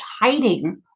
hiding